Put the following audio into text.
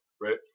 right